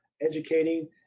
educating